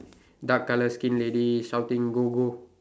dark colour skin lady shouting go go